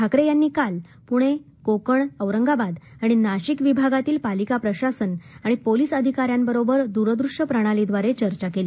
ठाकरे यांनी काल पुणे कोकण औरंगाबाद आणि नाशिक विभागातील पालिका प्रशासन आणि पोलीस अधिका यांबरोबर दूर दृश्य प्रणालीब्रारे चर्चा केली